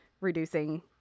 reducing